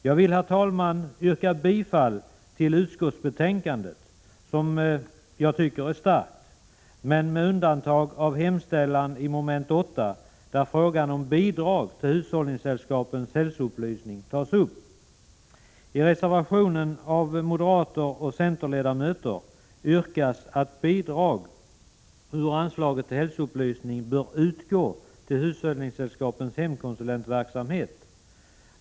Jag vill, herr talman, yrka bifall till hemställan i utskottets betänkande, som jag tycker är starkt, med undantag för hemställan i mom. 8, där frågan om bidrag till hushållningssällskapens hälsoupplysning tas upp. I reservationen av moderater och centerledamöter yrkas att bidrag ur anslaget till hälsoupplysning bör utgå till hushållningssällskapens hemkonsulentverksamhet.